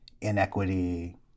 inequity